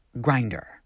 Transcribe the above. Grinder